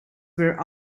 were